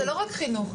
זה לא רק חינוך.